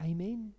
Amen